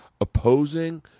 opposing